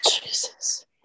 Jesus